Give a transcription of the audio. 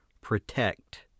protect